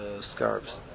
scarves